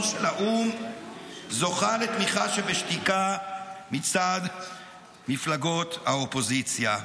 של האו"ם זוכה בתמיכה שבשתיקה מצד מפלגות האופוזיציה ברובן.